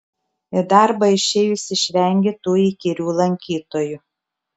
į darbą išėjus išvengi tų įkyrių lankytojų